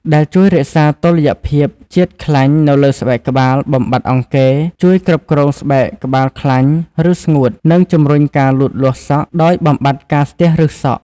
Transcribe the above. ដែលជួយរក្សាតុល្យភាពជាតិខ្លាញ់នៅលើស្បែកក្បាល បំបាត់អង្គែរ ជួយគ្រប់គ្រងស្បែកក្បាលខ្លាញ់ ឬស្ងួត និងជំរុញការលូតលាស់សក់ដោយបំបាត់ការស្ទះឫសសក់។